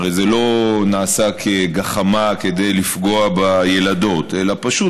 הרי זה לא נעשה כגחמה כדי לפגוע בילדות אלא פשוט,